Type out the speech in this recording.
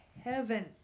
heaven